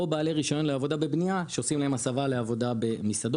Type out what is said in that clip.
או בעלי רישיון לעבודה בבנייה שעושים להם הסבה לעבודה במסעדות,